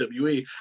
WWE